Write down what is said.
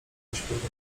zaśpiewał